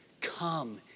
Come